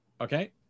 Okay